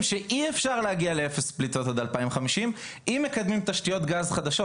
שאי אפשר להגיע לאפס פליטות עד 2050 אם מקדמים תשתיות גז חדשות.